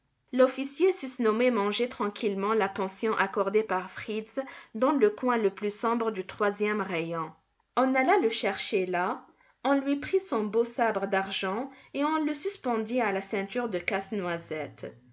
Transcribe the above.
l'officier susnommé mangeait tranquillement la pension accordée par fritz dans le coin le plus sombre du troisième rayon on alla le chercher là on lui prit son beau sabre d'argent et on le suspendit à la ceinture de casse-noisette